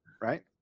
right